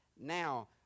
now